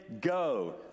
go